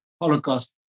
Holocaust